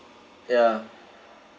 ya